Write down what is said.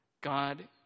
God